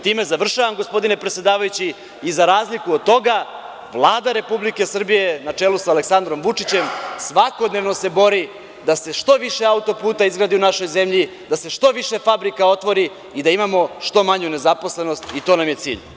Time završavam gospodine predsedavajući i za razliku od toga Vlada Republike Srbije, na čelu sa Aleksandrom Vučićem svakodnevno se bori da se što više auto-puta izgradi u našoj zemlji, da se što više fabrika otvori i da imamo što manju nezaposlenost i da imamo cilj.